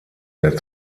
der